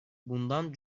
bundan